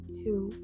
two